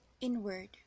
Inward